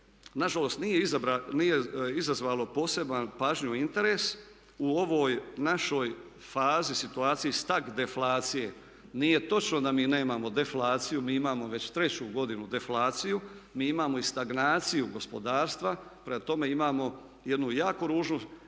nažalost nije izazvalo posebnu pažnju i interes u ovoj našoj fazi, situaciji stag-deflacije. Nije točno da mi nemamo deflaciju, mi imamo već treću godinu deflaciju, mi imamo i stagnaciju gospodarstva. Prema tome, imamo jednu jako ružnu